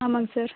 ஆமாங்க சார்